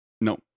No